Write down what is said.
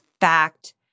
fact